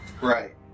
Right